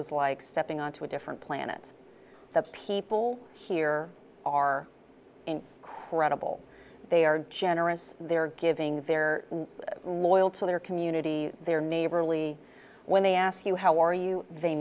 was like stepping onto a different planets the people here are incredible they are generous they're giving they're loyal to their community they're neighborly when they ask you how are you they